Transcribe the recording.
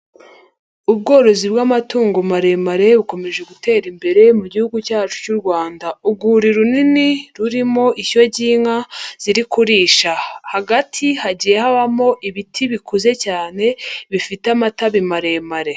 Ubworozi bw'amatungo maremare bukomeje gutera imbere mu gihugu cyacu cy'u Rwanda. Urwuri runini rurimo ishyo y'inka ziri kurisha hagati hagiye habamo ibiti bikuze cyane bifite amatabi maremare.